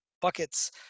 buckets